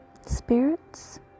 spirits